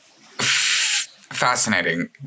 Fascinating